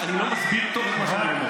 אני לא מסביר טוב את מה שאני אומר.